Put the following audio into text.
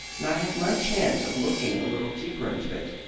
and i had my chance of looking a little deeper into it.